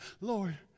Lord